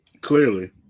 Clearly